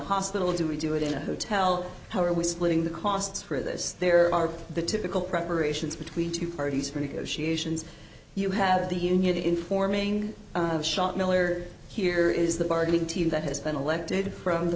hospital do we do it in a hotel how are we splitting the costs for this there are the typical preparations between two parties for negotiations you have the union informing of shot miller here is the bargaining team that has been elected from the